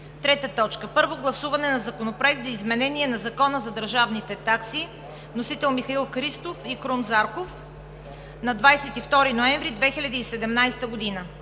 2017 г. 3. Първо гласуване на Законопроекта за изменение на Закона за държавните такси. Вносители са Михаил Христов и Крум Зарков на 22 ноември 2017 г.